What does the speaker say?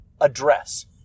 address